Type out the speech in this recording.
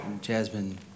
Jasmine